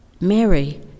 Mary